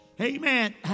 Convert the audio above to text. amen